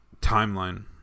timeline